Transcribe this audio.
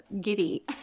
giddy